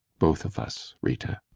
both of us, rita.